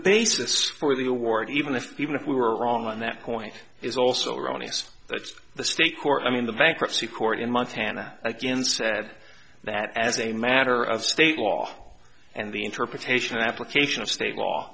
basis for the award even if even if we were wrong on that point is also erroneous that's the state court i mean the bankruptcy court in montana again said that as a matter of state law and the interpretation and application of state law